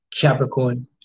Capricorn